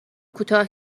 کوتاه